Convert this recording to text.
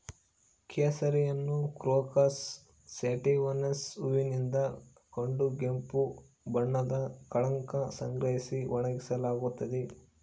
ಕೇಸರಿಯನ್ನುಕ್ರೋಕಸ್ ಸ್ಯಾಟಿವಸ್ನ ಹೂವಿನಿಂದ ಕಡುಗೆಂಪು ಬಣ್ಣದ ಕಳಂಕ ಸಂಗ್ರಹಿಸಿ ಒಣಗಿಸಲಾಗಿದೆ